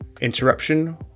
interruption